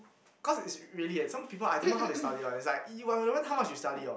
cause it's really eh some people I don't know how they study one it's like y~ you however how much you study or